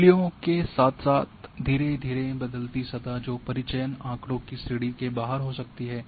मूल्यों के साथ धीरे धीरे बदलती सतह जो परिचयन आँकड़ों की श्रेणी के बाहर हो सकती है